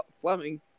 Fleming